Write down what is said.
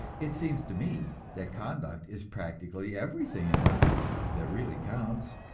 it seems to me that conduct is practically everything in life that really counts.